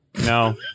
No